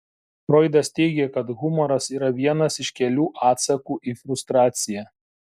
froidas teigė kad humoras yra vienas iš kelių atsakų į frustraciją